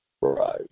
Right